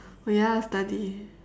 oh ya study